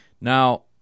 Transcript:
Now